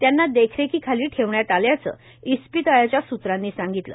त्यांना देखरेखीखाली ठेवण्यात आल्याचं इस्पितळाच्या स्त्रांनी सांगितलं